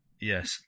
yes